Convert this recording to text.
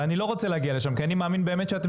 ואני לא רוצה להגיע לשם כי אני מאמין באמת שאתם